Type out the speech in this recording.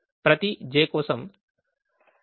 ప్రతి j కోసం ΣiXij 1